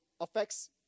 affects